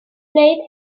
wneud